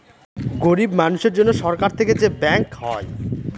গরিব মানুষের জন্য সরকার থেকে যে ব্যাঙ্ক হয়